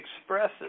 expresses